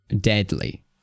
deadly